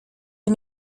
des